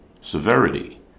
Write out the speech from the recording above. severity